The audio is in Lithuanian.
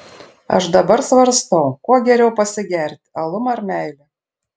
aš dabar svarstau kuo geriau pasigerti alum ar meile